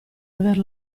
aver